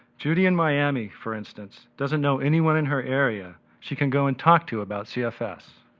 judy in miami, for instance, doesn't know anyone in her area she can go and talk to about cfs.